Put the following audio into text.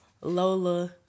Lola